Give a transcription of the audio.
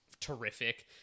terrific